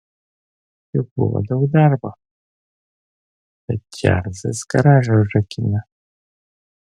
juk buvo daug darbo bet čarlzas garažą užrakino